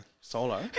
solo